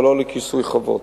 אבל לא לכיסוי חובות.